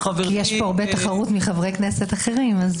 כי יש פה הרבה תחרות מחברי כנסת אחרים.